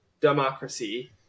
democracy